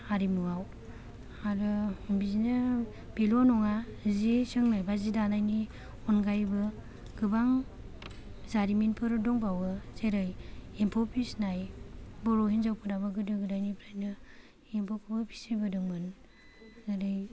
हारिमुवाव आरो बिदिनो बेल' नङा जि सोंनाय बा जि दानायनि अनगायैबो गोबां जारिमिनफोर दंबावो जेरै एम्फौ फिसिनाय बर' हिन्जावफोराबो गोदो गोदायनिफ्रायनो एम्फौखौ फिसिबोदोंमोन जेरै